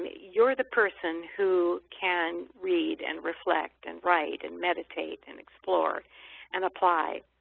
you're the person who can read and reflect and write and meditate and explore and apply.